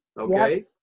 Okay